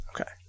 Okay